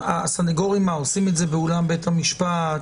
הסנגורים עושים את זה באולם בית המשפט?